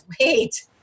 wait